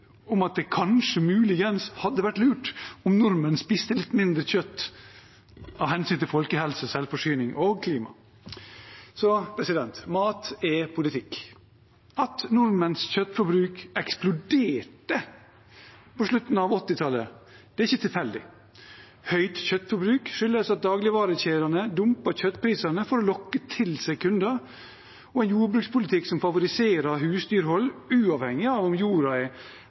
om at det kanskje muligens hadde vært lurt om nordmenn spiste litt mindre kjøtt av hensyn til folkehelse, selvforsyning og klima. Mat er politikk. At nordmenns kjøttforbruk eksploderte på slutten av 1980-tallet, er ikke tilfeldig. Høyt kjøttforbruk skyldes at dagligvarekjedene dumper kjøttprisene for å lokke til seg kunder, en jordbrukspolitikk som favoriserer husdyrhold, uavhengig av om jorda er